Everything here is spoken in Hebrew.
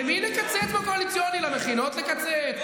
למי נקצץ בקואליציוני, למכינות לקצץ?